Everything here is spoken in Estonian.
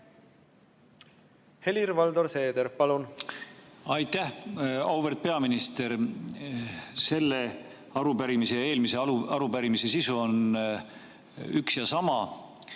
Helir-Valdor Seeder, palun! Aitäh, auväärt peaminister! Selle arupärimise ja eelmise arupärimise sisu on üks ja sama.